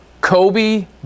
Kobe